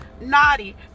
naughty